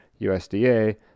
usda